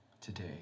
today